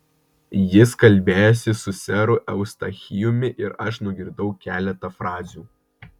jis kalbėjosi su seru eustachijumi ir aš nugirdau keletą frazių